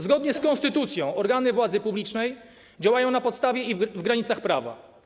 Zgodnie z konstytucją organy władzy publicznej działają na podstawie i w granicach prawa.